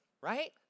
right